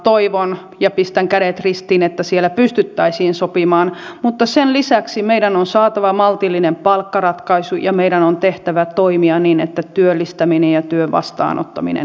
toivon ja ja pistän kädet ristiin että siellä pystyttäisiin sopimaan mutta sen lisäksi meidän on saatava maltillinen palkkaratkaisu ja meidän on tehtävä toimia niin että työllistäminen ja työn vastaanottaminen helpottuu